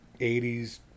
80s